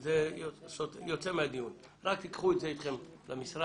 זה יוצא מהדיון, רק תיקחו את זה אתכם למשרד,